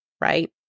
right